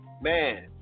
man